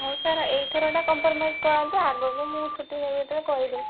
ହଉ ସାର୍ ଏହିଥରଟା କମ୍ପରମାଇଜ୍ କରନ୍ତୁ ଆଗକୁ ମୁଁ ଛୁଟି ନେବି ଯେତେବେଳେ କହିଦେବି